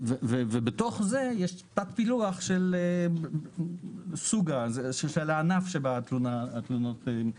בתוך זה יש תת-פילוח של הענף שהתלונות מתייחסות אליו.